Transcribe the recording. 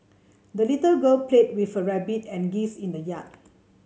the little girl played with her rabbit and geese in the yard